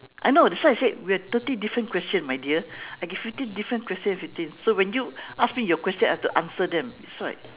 I know that's why I said we have thirty different question my dear I give you fifteen question fifteen so when you ask me your question I have to answer them that's why